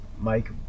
Mike